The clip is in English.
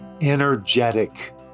energetic